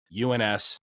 UNS